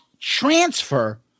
transfer